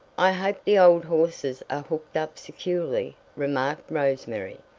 i hope the old horses are hooked up securely, remarked rose-mary,